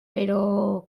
però